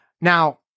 Now